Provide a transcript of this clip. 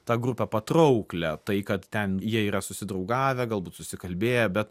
tą grupę patrauklią tai kad ten jie yra susidraugavę galbūt susikalbėję bet